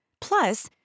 plus